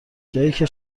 جاییکه